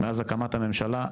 מאז הקמת הממשלה,